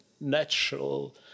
natural